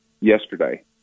yesterday